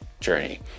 journey